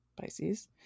Pisces